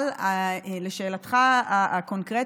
אבל לשאלתך הקונקרטית,